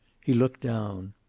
he looked down.